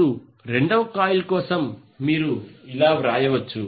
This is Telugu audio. ఇప్పుడు రెండవ కాయిల్ కోసం మీరు ఇలా వ్రాయవచ్చు